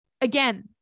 again